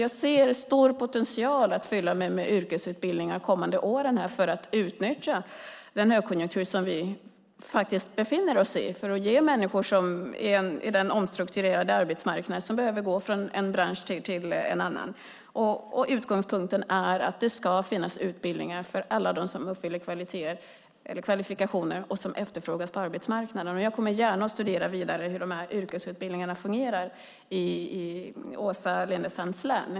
Jag ser en stor potential att fylla på med yrkesutbildning de kommande åren för att utnyttja den högkonjunktur som vi befinner oss i, då en del människor på den omstrukturerade arbetsmarknaden behöver gå från en bransch till en annan. Utgångspunkten är att det ska finnas utbildningar för alla dem som uppfyller kvalifikationerna och som efterfrågas på arbetsmarknaden. Jag kommer gärna och studerar vidare hur dessa yrkesutbildningar fungerar i Åsa Lindestams län.